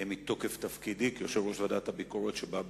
בנושא מתוקף תפקידי כיושב-ראש ועדת הביקורת שבא בעקבותיך,